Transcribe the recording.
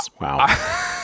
Wow